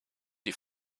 die